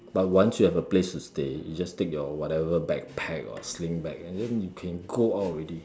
but once you have a place to stay you just take your whatever backpack or sling bag and then you can go out already